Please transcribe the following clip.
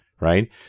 Right